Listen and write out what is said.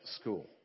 school